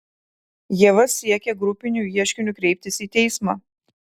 ieva siekia grupiniu ieškiniu kreiptis į teismą